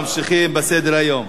ממשיכים בסדר-היום.